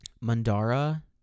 mandara